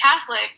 Catholic